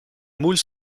moules